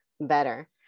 better